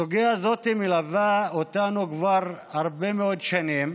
הסוגיה הזאת מלווה אותנו כבר הרבה מאוד שנים.